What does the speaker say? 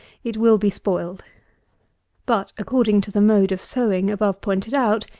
it will be spoiled but, according to the mode of sowing above pointed out,